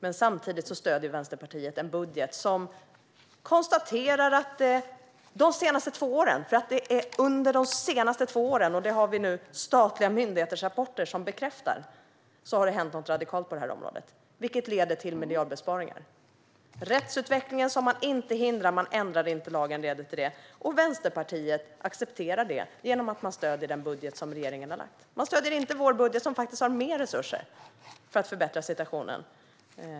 Men samtidigt stöder Vänsterpartiet en budget som konstaterar att det under de senaste två åren - för det handlar om de senaste två åren, vilket vi nu har rapporter från statliga myndigheter som bekräftar - har hänt något radikalt på detta område, vilket leder till miljardbesparingar. Rättsutvecklingen som man inte hindrade, eftersom man inte ändrade lagen, leder till det. Vänsterpartiet accepterar detta genom att man stöder den budget som regeringen har lagt fram. Man stöder inte vår budget, som faktiskt har mer resurser för att förbättra situationen.